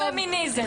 זה פמיניזם.